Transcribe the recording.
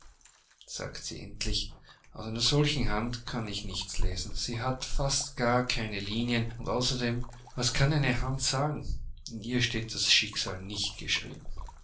sagte sie endlich aus einer solchen hand kann ich nichts lesen sie hat fast gar keine linien und außerdem was kann eine hand sagen in ihr steht das schicksal nicht geschrieben